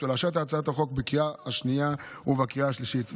ולאשר את הצעת החוק בקריאה השנייה ובקריאה השלישית.